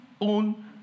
own